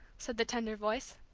said the tender voice.